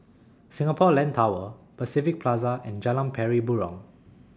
Singapore Land Tower Pacific Plaza and Jalan Pari Burong